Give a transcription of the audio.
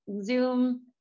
Zoom